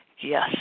Yes